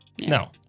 No